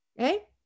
Okay